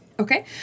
Okay